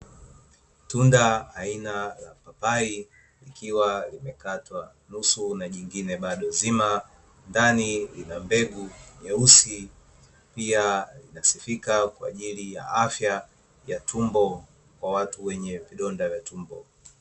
Tunda aina la papai, likiwa limekatwa nusu na jingine bado zima, ndani lina mbegu nyeusi, pia linasifika kwa ajili ya afya ya tumbo kwa watu wenye vidonda vya tumbo.